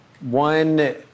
one